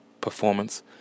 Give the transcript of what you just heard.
performance